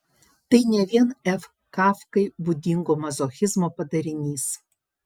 tai ne vien f kafkai būdingo mazochizmo padarinys